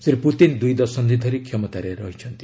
Shri Putin ଦୁଇ ଦଶନ୍ଧି ଧରି କ୍ଷମତାରେ ରହିଛନ୍ତି